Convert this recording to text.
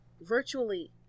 virtually